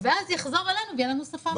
ואז יחזור אלינו ויהיה לנו שפה משותפת.